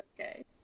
okay